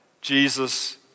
Jesus